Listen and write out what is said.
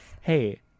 hey